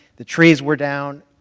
the trees were down.